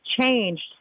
changed